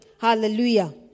Hallelujah